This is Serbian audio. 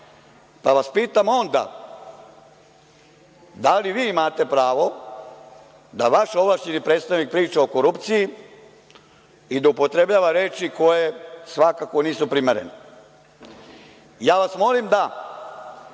Onda vas pitam – da li vi imate pravo da vaš ovlašćeni predstavnik priča o korupciji i da upotrebljava reči koje svakako nisu primerene? Ja vas molim da